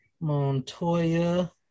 Montoya